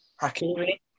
Hakimi